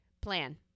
Plan